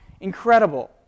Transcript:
Incredible